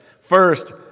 First